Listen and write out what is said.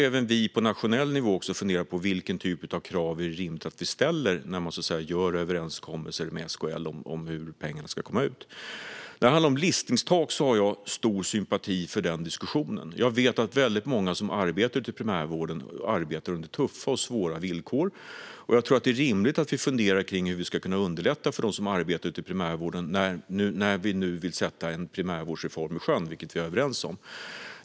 Även vi på nationell nivå får fundera på vilken typ av krav som det är rimligt att ställa vid överenskommelser med SKL om hur pengarna ska komma ut. Diskussionen om listtak har jag stor sympati för. Jag vet att väldigt många som arbetar ute i primärvården arbetar under tuffa och svåra villkor. Därför är det rimligt att vi funderar över hur vi ska kunna underlätta för dem som arbetar ute i primärvården när vi nu ska sätta en primärvårdsreform i sjön, vilket vi är överens om.